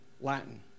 Latin